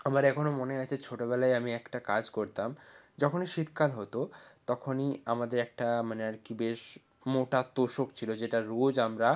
আমার এখনও মনে আছে ছোটোবেলায় আমি একটা কাজ করতাম যখনই শীতকাল হতো তখনই আমাদের একটা মানে আর কি বেশ মোটা তোষক ছিলো যেটা রোজ আমরা